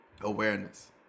awareness